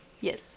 Yes